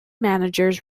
managers